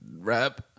Rap